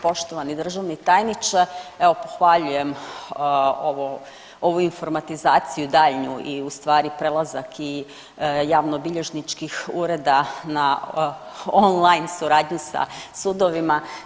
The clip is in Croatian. Poštovani državni tajniče, evo pohvaljujem ovo, ovu informatizaciju daljnju i u stvari prelazak i javnobilježničkih ureda na on-line suradnju sa sudovima.